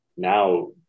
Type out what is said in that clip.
Now